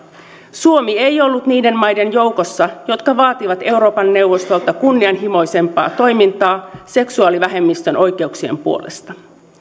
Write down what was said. suomi ei ollut niiden maiden joukossa jotka vaativat euroopan neuvostolta kunnianhimoisempaa toimintaa seksuaalivähemmistön oikeuksien puolesta